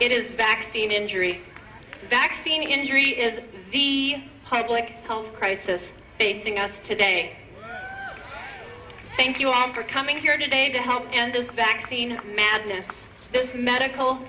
it is vaccine injury vaccine injury is the public health crisis facing us today thank you all for coming here today to help the vaccine madness this medical